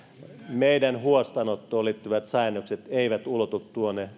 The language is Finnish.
meidän huostaanottoon liittyvät säännöksemme eivät ulotu